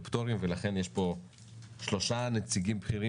פטורים ולכן יש פה שלושה נציגים בכירים